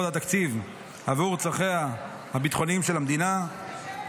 התקציב עבור צרכיה הביטחוניים של המדינה,